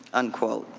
unquote.